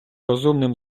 розумним